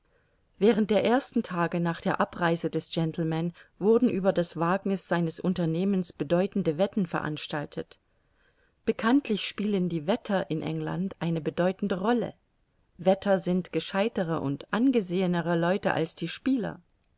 während der ersten tage nach der abreise des gentleman wurden über das wagniß seines unternehmens bedeutende wetten veranstaltet bekanntlich spielen die wetter in england eine bedeutende rolle wetter sind gescheitere und angesehenere leute als die spieler